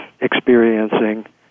experiencing